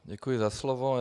Děkuji za slovo.